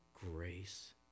grace